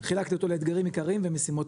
חילקתי אותו לאתגרים עיקריים ומשימות